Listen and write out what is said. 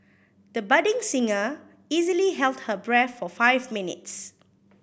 the budding singer easily held her breath for five minutes